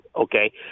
Okay